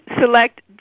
select